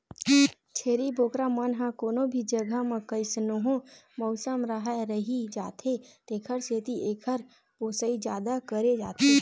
छेरी बोकरा मन ह कोनो भी जघा म कइसनो मउसम राहय रहि जाथे तेखर सेती एकर पोसई जादा करे जाथे